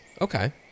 Okay